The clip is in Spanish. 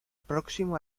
próximo